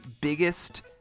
biggest